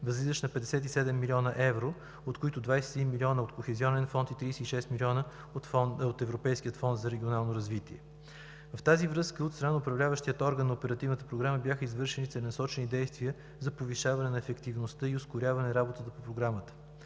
възлизаше на 57 милиона евро, от които 21 милиона от Кохезионен фонд и 36 милиона от Европейския фонд за регионално развитие. В тази връзка от страна на Управляващия орган на Оперативната програма бяха извършени целенасочени действия за повишаване на ефективността и ускоряване работата по Програмата.